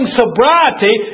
sobriety